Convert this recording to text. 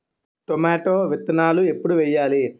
Tomato విత్తనాలు ఎప్పుడు వెయ్యాలి?